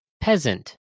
Peasant